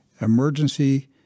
Emergency